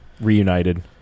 Reunited